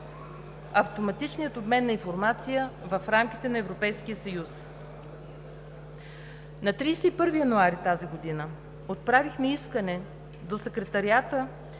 автоматичният обмен на информация в рамките на Европейския съюз. На 31 януари тази година отправихме искане до Секретариата